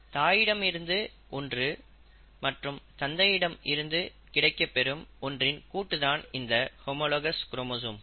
தாயிடமிருந்து ஒன்று மற்றும் தந்தையிடமிருந்து கிடைக்கப்பெறும் ஒன்றின் கூட்டு தான் இந்த ஹோமோலாகஸ் குரோமோசோம்கள்